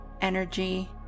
energy